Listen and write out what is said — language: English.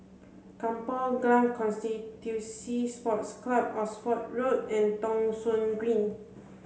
Kampong Glam Constituency Sports Club Oxford Road and Thong Soon Green